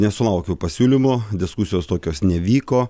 nesulaukiau pasiūlymo diskusijos tokios nevyko